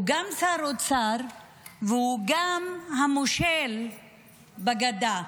הוא גם שר אוצר והוא גם המושל בגדה.